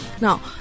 Now